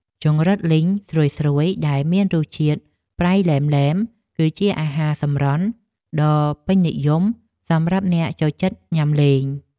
ចង្រិតលីងស្រួយៗដែលមានរសជាតិប្រៃឡែមៗគឺជាអាហារសម្រន់ដ៏ពេញនិយមសម្រាប់អ្នកចូលចិត្តញ៉ាំលេង។